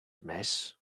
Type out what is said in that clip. mess